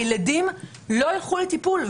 הילדים לא ילכו לטיפול,